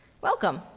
welcome